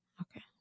okay